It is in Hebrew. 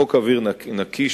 חוק אוויר נקי,